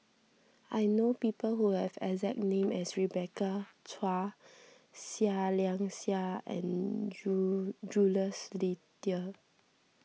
I know people who have the exact name as Rebecca Chua Seah Liang Seah and Jules Itier